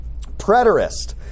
Preterist